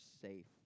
safe